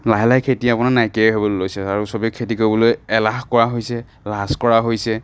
লাহে লাহে খেতি আপোনাৰ নাইকিয়াই হ'বলৈ লৈছে আৰু চবেই খেতি কৰিবলৈ এলাহ কৰা হৈছে লাজ কৰা হৈছে